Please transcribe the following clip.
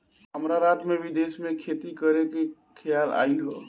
हमरा रात में विदेश में खेती करे के खेआल आइल ह